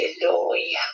Hallelujah